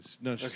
no